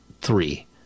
three